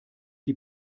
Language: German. die